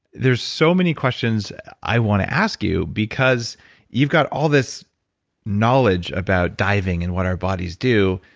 there's so many questions i want to ask you, because you've got all this knowledge about diving and what our bodies do,